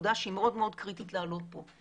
נקודה שהיא מאוד מאוד קריטית להעלות פה.